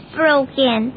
broken